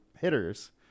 hitters